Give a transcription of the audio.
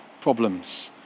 problems